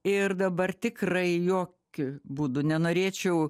ir dabar tikrai jokiu būdu nenorėčiau